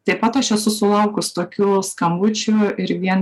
taip pat aš esu sulaukus tokių skambučių ir vien